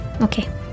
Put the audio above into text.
Okay